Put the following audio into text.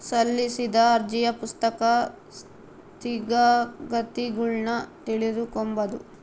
ಸಲ್ಲಿಸಿದ ಅರ್ಜಿಯ ಪ್ರಸಕ್ತ ಸ್ಥಿತಗತಿಗುಳ್ನ ತಿಳಿದುಕೊಂಬದು